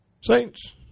Saints